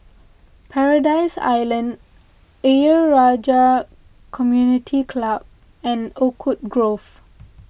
Paradise Island Ayer Rajah Community Club and Oakwood Grove